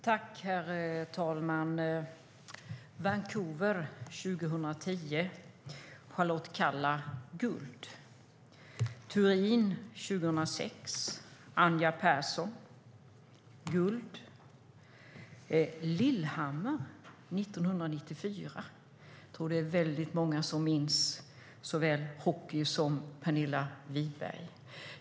Herr talman! Vancouver 2010: Charlotte Kalla vinner guld. Turin 2006: Anja Pärson vinner guld. Lillehammer 1994: Där tror jag att det är väldigt många som minns såväl guld i hockey som guld till Pernilla Wiberg.